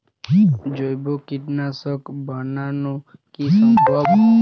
জৈব কীটনাশক বানানো কি সম্ভব?